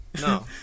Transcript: No